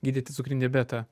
gydyti cukrinį diabetą